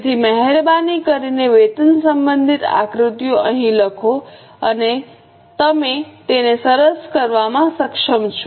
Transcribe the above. તેથી મહેરબાની કરીને વેતન સંબંધિત આકૃતિઓ અહીં લખો તમે તેને સરસ કરવામાં સક્ષમ છો